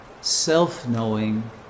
self-knowing